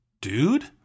dude